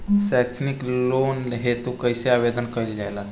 सैक्षणिक लोन हेतु कइसे आवेदन कइल जाला?